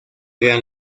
gran